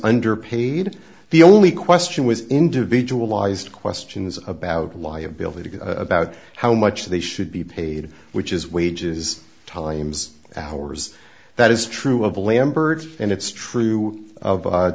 underpaid the only question was individual ised questions about liability about how much they should be paid which is wages times ours that is true of lambert and it's true of